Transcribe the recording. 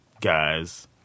guys